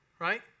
right